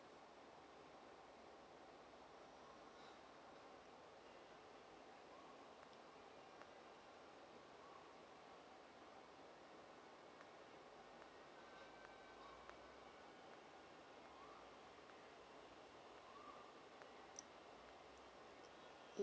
um